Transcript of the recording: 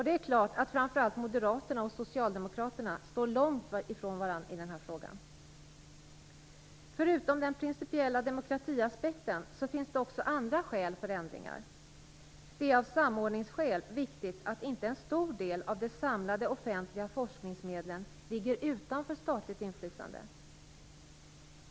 Det är klart att framför allt moderaterna och socialdemokraterna står långt ifrån varandra i denna fråga. Förutom den principiella demokratiaspekten finns det också andra skäl för ändringar. Det är av samordningsskäl viktigt att inte en stor del av de samlade offentliga forskningsmedlen ligger utanför statligt inflytande.